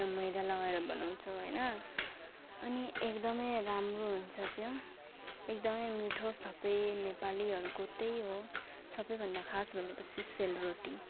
त्यो मैदा लगाएर बनाउँछौँ होइन अनि एकदमै राम्रो हुन्छ त्यो एकदमै मिठो सबै नेपालीहरूको त्यही हो सबैभन्दा खास भनेपछि सेलरोटी